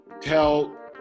tell